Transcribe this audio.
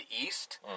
East